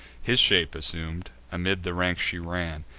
his shape assum'd, amid the ranks she ran,